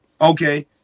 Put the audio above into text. Okay